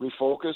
refocus